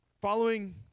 following